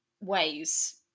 ways